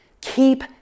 Keep